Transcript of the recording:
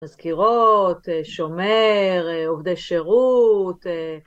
מזכירות, שומר, עובדי שירות